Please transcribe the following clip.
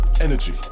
Energy